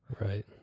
Right